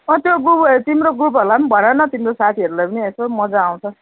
अँ त्यो ग्रुप तिम्रो ग्रुपहरूलाई पनि भन न तिम्रो साथीहरूलाई पनि यसो मजा आउँछ